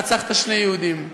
רצחת שני יהודים.